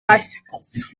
bicycles